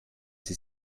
sie